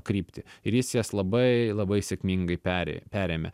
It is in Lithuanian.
kryptį ir jis jas labai labai sėkmingai perė perėmė